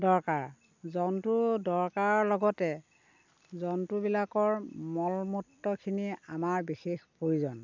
দৰকাৰ জন্তুৰ দৰকাৰৰ লগতে জন্তুবিলাকৰ মল মূত্ৰখিনি আমাৰ বিশেষ প্ৰয়োজন